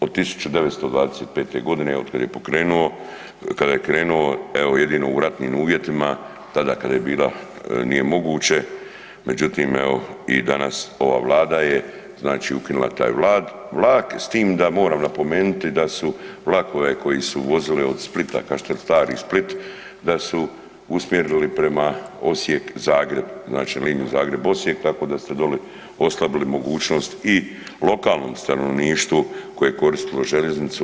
Od 1925. godine od kad je pokrenuo, kada je krenuo evo jedino u ratnim uvjetima tada kada je bila nije moguće, međutim evo i danas je ova Vlada je znači ukinula taj vlak s tim da moram napomenuti da su vlakove koji su vozili od Splita, Kaštel Stari-Split da su usmjerili prema Osijek-Zagreb, znači liniju Zagreb-Osijek tako da ste doli oslabili mogućnost i lokalnom stanovništvu koje je koristilo željeznicu.